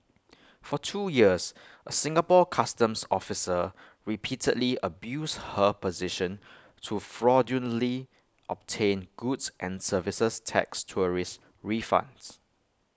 for two years A Singapore Customs officer repeatedly abused her position to fraudulently obtain goods and services tax tourist refunds